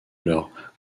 leur